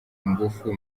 ingufu